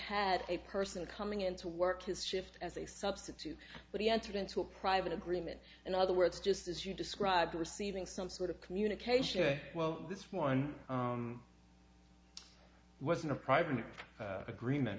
had a person coming in to work his shift as a substitute but he entered into a private agreement in other words just as you described receiving some sort of communication well this one wasn't a private agreement